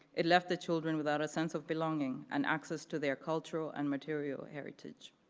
it left the children without a sense of belonging and access to their cultural and material heritage.